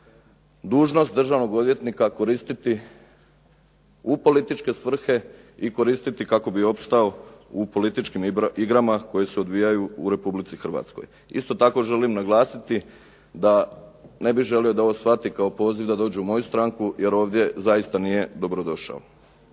dužnost državnog odvjetnika koristiti u političke svrhe i koristiti kako bi opstao u političkim igrama koje se odvijaju u Republici Hrvatskoj. Isto tako želim naglasiti da ne bih želio da ovo shvati kao poziv da dođe u moju stranku, jer ovdje zaista nije dobro došao.